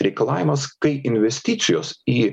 reikalavimas kai investicijos į